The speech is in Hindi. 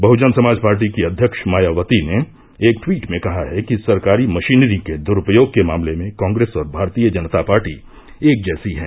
बहजन समाज पार्टी की अध्यक्ष मायावती ने एक ट्वीट में कहा है कि सरकारी मषीनरी के दुरूपयोग के मामले में कॉग्रेस और भारतीय जनता पार्टी एक जैसी है